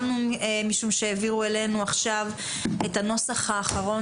התעכבנו משום שהעבירו אלינו עכשיו את הנוסח האחרון